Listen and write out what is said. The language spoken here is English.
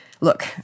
look